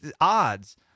odds